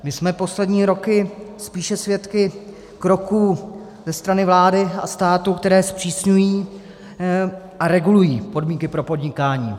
My jsme poslední roky spíše svědky kroků ze strany vlády a státu, které zpřísňují a regulují podmínky pro podnikání.